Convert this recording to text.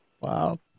Wow